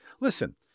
Listen